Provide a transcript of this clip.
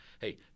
hey